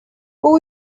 who